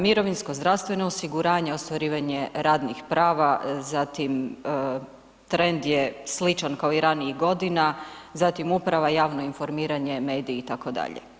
Mirovinsko, zdravstveno osiguranje, ostvarivanje radnih prava zatim trend je sličan kao i ranijih godina, zatim uprava, javno informiranje, mediji itd.